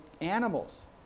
animals